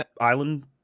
island